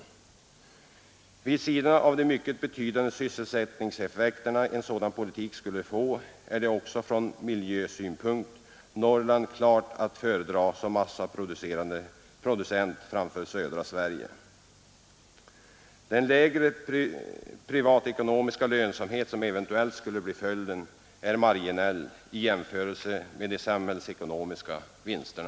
Vid sidan av de mycket betydande sysselsättningseffekter en sådan politik skulle få är också från miljösynpunkt Norrland klart att föredra som massaproducent framför södra Sverige. Den lägre privatekonomiska lönsamhet som eventuellt skulle bli följden är marginell i jämförelse med de samhällsekonomiska vinsterna.